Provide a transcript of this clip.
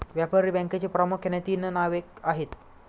व्यापारी बँकेची प्रामुख्याने तीन नावे आहेत